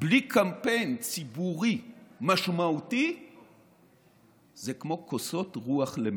בלי קמפיין ציבורי משמעותי זה כמו כוסות רוח למת.